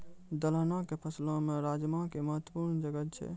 दलहनो के फसलो मे राजमा के महत्वपूर्ण जगह छै